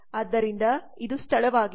ಆದ್ದರಿಂದ ಇದು ಸ್ಥಳವಾಗಿದೆ